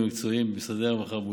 המקצועיים במשרדי הרווחה והבריאות,